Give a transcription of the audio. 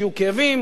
שיהיו כאבים,